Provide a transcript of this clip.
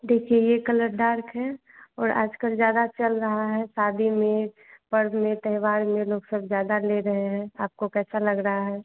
देखिए यह colour dark है और आजकल ज़्यादा चल रहा है शादी में पर्व में त्योहार में लोग सब ज़्यादा ले रहे हैं आपको कैसा लग रहा है